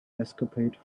escapade